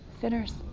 Sinners